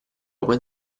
open